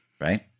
Right